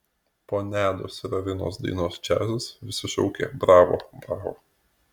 po nedos ir arinos dainos džiazas visi šaukė bravo bravo